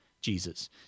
Jesus